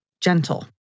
gentle